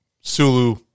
Sulu